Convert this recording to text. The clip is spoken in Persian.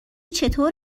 چطور